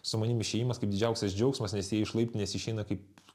su manim išėjimas kaip didžiausias džiaugsmas nes jie iš laiptinės išeina kaip